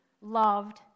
loved